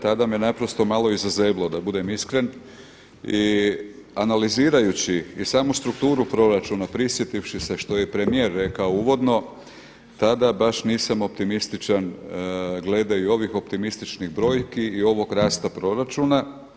Tada me naprosto malo i zazeblo da budem iskren i analizirajući i samu strukturu proračuna prisjetivši se što je premijer rekao uvodno tada baš nisam optimističan glede i ovih optimističnih brojki i ovog rasta proračuna.